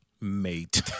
Mate